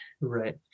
Right